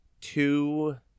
two